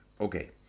Okay